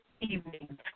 evening